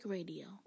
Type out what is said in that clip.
Radio